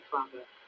Father